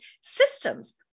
systems